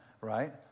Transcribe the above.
right